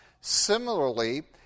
Similarly